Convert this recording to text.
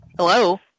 Hello